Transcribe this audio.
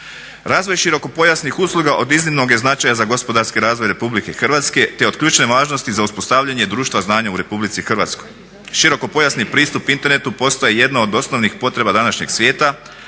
Razvoj širokopojasnih usluga od iznimnog je značaja za gospodarski razvoj RH te je od ključne važnosti za uspostavljanje društva znanja u RH. Širokopojasni pristup internetu postaje jedna od osnovnih potreba današnjeg svijeta,